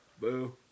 Boo